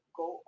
go